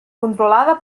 controlada